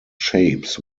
shapes